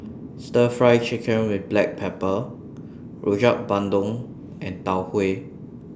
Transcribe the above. Stir Fry Chicken with Black Pepper Rojak Bandung and Tau Huay